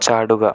ചാടുക